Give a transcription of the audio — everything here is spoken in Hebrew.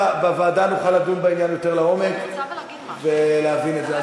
בוועדה נוכל לדון בעניין יותר לעומק ולהבין את זה.